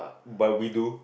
but we do